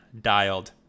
Dialed